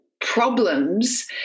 problems